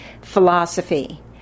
philosophy